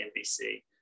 NBC